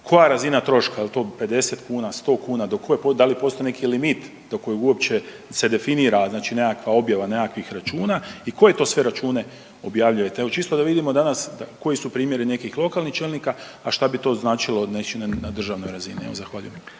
Koja razina troška, je li to 50 kuna, 100 kuna, do koje, da li postoji neki limit do kojeg uopće se definira znači nekakva objava nekakvih računa i koje to sve račune objavljujete? Evo, čisto da vidimo danas koji su primjeri nekih lokalnih čelnika, a šta bi to značilo na državnoj razini. Evo, zahvaljujem.